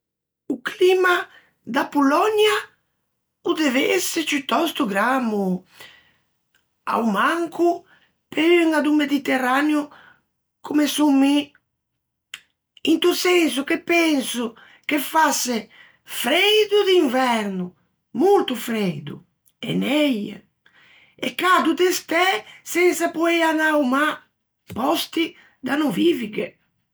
O climma da Polònia o dev'ëse ciutòsto grammo, a-o manco pe uña do Mediterraneo comme son mi, into senso che penso che fasse freido d'inverno, molto freido, e neie, e cado d'estæ sensa poei anâ a-o mâ. Pòsti da no vivighe.